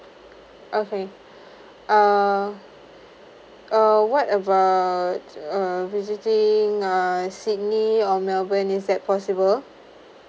okay uh what about uh visiting a sydney or melbourne is that possible